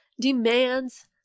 demands